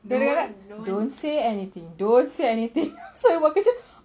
don't say anything don't say anything tengah buat kerja